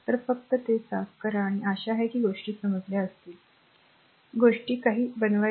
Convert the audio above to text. तर फक्त ते साफ करा आशा आहे की गोष्टी समजल्या असतील की ही गोष्ट कशी बनवायची